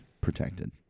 protected